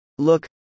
Look